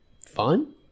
fun